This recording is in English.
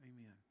amen